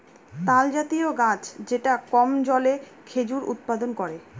তালজাতীয় গাছ যেটা কম জলে খেজুর উৎপাদন করে